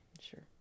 sure